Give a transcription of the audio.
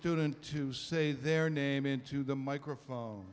student to say their name into the microphone